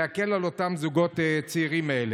להקל על אותם הזוגות הצעירים האלה.